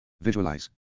Visualize